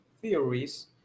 Theories